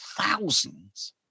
Thousands